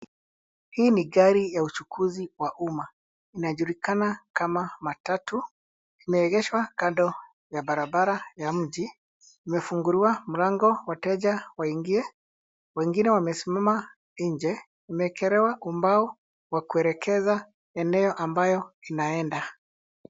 Hii ni gari ya uchukuzi wa umma, inajulikana kama matatu. Imeegeshwa kando ya barabara ya mji, imefunguliwa mlango, wateja waingie. Wengine wamesimama nje. Imeekelewa ubao wa kuelekeza eneo ambayo inaenda.